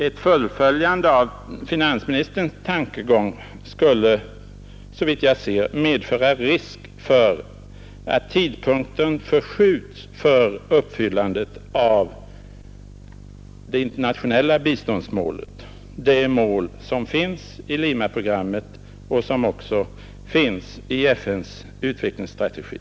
Ett fullföljande av finansministerns tankegång skulle, såvitt jag förstår, medföra risk för att tidpunkten förskjuts för uppfyllandet av det internationella biståndsmålet, det mål som finns i Limaprogrammet och som även motsvarar kravet i FN:s utvecklingsstrategi.